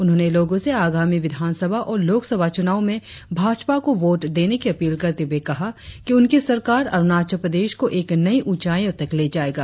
उन्होंने लोगो से आगामी विधानसभा और लोकसभा चुनाव में भाजपा को वोट देने की अपील करते हुए कहा कि उनकी सरकार अरुणाचल प्रदेश को एक नई ऊचाईयो तक ले जाएगा